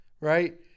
right